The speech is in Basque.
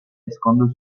ezkondu